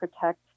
protect